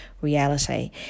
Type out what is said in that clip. reality